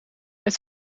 het